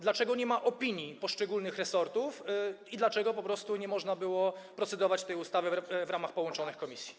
Dlaczego nie ma opinii poszczególnych resortów i dlaczego po prostu nie można było procedować nad tą ustawą w ramach połączonych komisji?